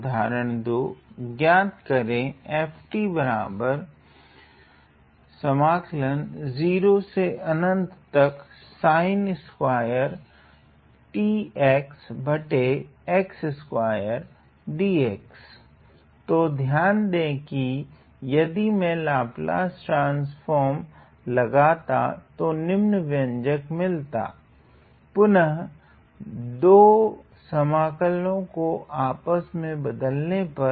उदाहरण 2 ज्ञात करो तो ध्यान दें कि यदि मेँ लाप्लास ट्रान्स्फ़ोर्म लगाता तो निम्नलिखित व्यंजक मिलता पुनः 2 समकलों को आपस में बदलने पर